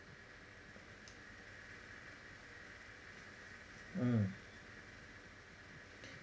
mm